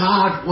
God